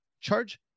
charge